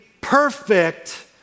perfect